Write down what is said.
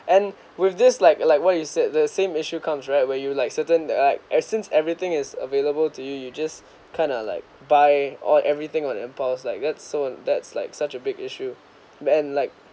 and with this like like what you said the same issue comes right where you like certain uh like it since everything is available to you you just kind of like buy all everything on the impulse like that's so that's like such a big issue and like